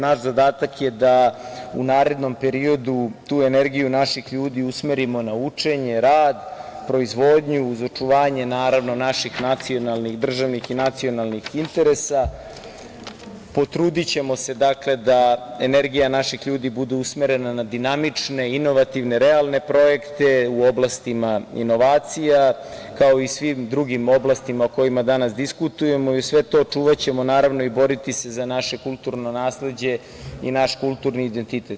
Naš zadatak je da u narednom periodu tu energiju naših ljudi usmerimo na učenje, rad, proizvodnju, uz očuvanje, naravno, naših državnih i nacionalnih interesa, potrudićemo se da energija naših ljudi bude usmerena na dinamične, inovativne, realne projekte u oblastima inovacija, kao i svim drugim oblastima o kojima danas diskutujemo i uz sve to, čuvaćemo i boriti se za naše kulturno nasleđe i naš kulturni identitet.